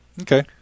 Okay